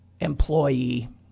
employee